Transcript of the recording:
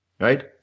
right